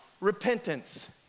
Repentance